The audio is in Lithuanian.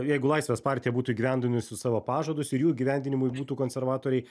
jeigu laisvės partija būtų įgyvendinusi savo pažadus ir jų įgyvendinimui būtų konservatoriai